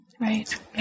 Right